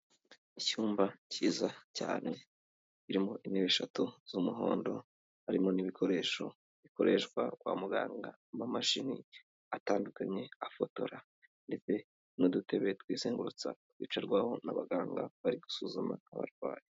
Icyumba cyiza cyane kirimo intebe eshatu z'umuhondo, harimo n'ibikoresho bikoreshwa kwa muganga n'amamashini atandukanye afotora ndetse n'udutebe twizengurutsa twicarwaho n'abaganga bari gusuzuma abarwayi.